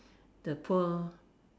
the poor